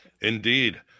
Indeed